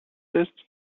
ist